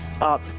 up